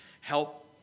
help